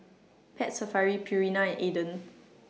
Pet Safari Purina and Aden